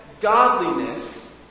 godliness